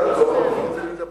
והוא לא מסוגל להגיע